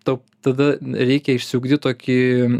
tau tada reikia išsiugdyt tokį